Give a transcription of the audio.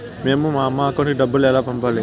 మేము మా అమ్మ అకౌంట్ కి డబ్బులు ఎలా పంపాలి